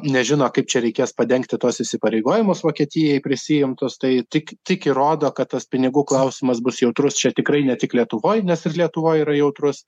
nežino kaip čia reikės padengti tuos įsipareigojimus vokietijai prisiimtus tai tik tik įrodo kad tas pinigų klausimas bus jautrus čia tikrai ne tik lietuvoj nes ir lietuvoj yra jautrus